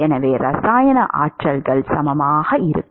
எனவே இரசாயன ஆற்றல்கள் சமமாக இருக்கும்